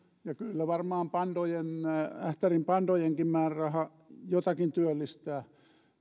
ja kyllä varmaan ähtärin pandojenkin määräraha jotakin työllistää